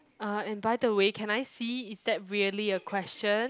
uh and by the way can I see is that really a question